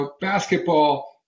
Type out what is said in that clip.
basketball